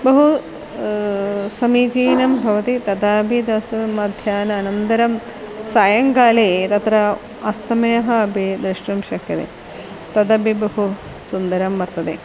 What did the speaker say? बहु समीचीनं भवति तदापि तस्य मध्याह्नानन्तरं सायङ्काले तत्र अस्तमः अपि द्रष्टुं शक्यते तदपि बहु सुन्दरं वर्तते